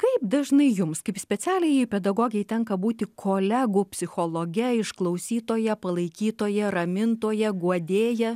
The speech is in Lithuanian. kaip dažnai jums kaip specialiajai pedagogei tenka būti kolegų psichologe išklausytoja palaikytoja ramintoja guodėja